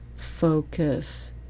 focus